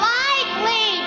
likely